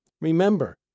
Remember